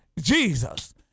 Jesus